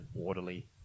orderly